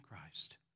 Christ